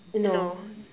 no